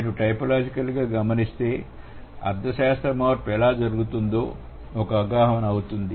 మీరు టైపోలాజికల్ గా గమనిస్తే అర్థశాస్త్ర మార్పు ఎలా జరుగుతోందో అవగాహన అవుతుంది